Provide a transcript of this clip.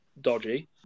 dodgy